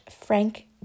Frank